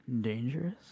dangerous